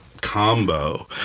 combo